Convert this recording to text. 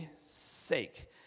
sake